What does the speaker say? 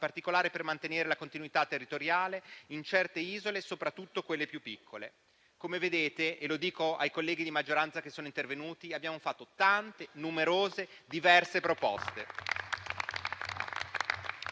in particolare per mantenere la continuità territoriale in certe isole, soprattutto quelle più piccole. Come vedete - lo dico ai colleghi di maggioranza che sono intervenuti - abbiamo fatto tante, numerose, diverse proposte.